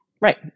Right